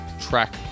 track